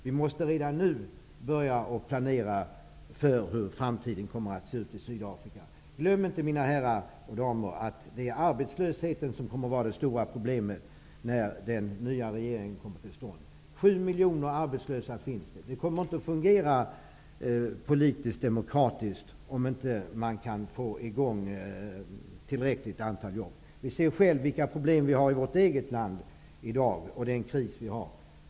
Vi måste redan nu börja planera för hur framtiden kommer att se ut i Sydafrika. Mina herrar och damer! Glöm inte att det är arbetslösheten som kommer att vara det stora problemet när den nya regeringen kommer till stånd. Det finns 7 miljoner arbetslösa. Det kommer inte att fungera politiskt-demokratiskt om man inte kan få i gång tillräckligt många arbeten. Vi ser ju vilka problem och vilken kris vi har i vårt eget land.